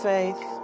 Faith